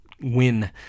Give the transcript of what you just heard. win